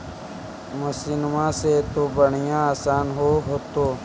मसिनमा से तो बढ़िया आसन हो होतो?